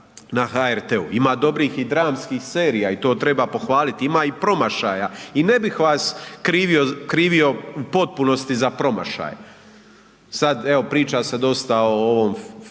na HRT-u, ima dobrih i dramskih serija i to treba pohvaliti, ima i promašaja. I ne bih vas krivio u potpunosti za promašaj. Sad evo priča se dosta o ovom filmu